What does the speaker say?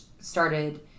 started